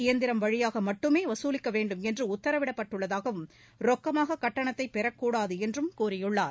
இயந்திரம் வழியாக மட்டுமே வசூலிக்க வேண்டும் என்று உத்தரவிடப்பட்டுள்ளதாகவும் ரொக்கமாக கட்டணத்தை பெறக்கூடாது என்றும் கூறியுள்ளார்